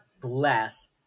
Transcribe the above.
bless